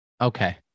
okay